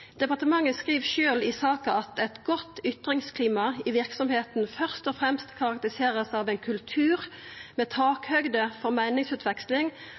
Departementet skriv sjølv i saka at eit godt ytringsklima i verksemda vil «først og fremst karakteriseres av en kultur med takhøyde for